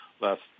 Last